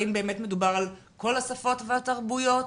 האם באמת מדובר על כל השפות והתרבויות